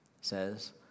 says